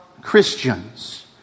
Christians